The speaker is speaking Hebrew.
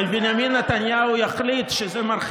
זה מה שהבטיחו.